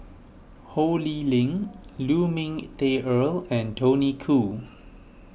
Ho Lee Ling Lu Ming Teh Earl and Tony Khoo